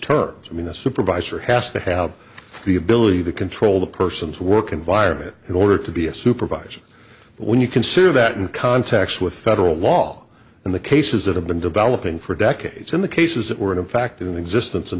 terms i mean a supervisor has to have the ability to control the person's work environment in order to be a supervisor but when you consider that in context with federal law and the cases that have been developing for decades in the cases that were in fact in existence in